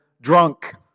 drunk